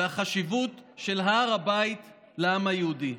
והחשיבות של הר הבית לעם היהודי.